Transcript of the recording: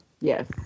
Yes